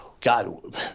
God